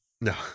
No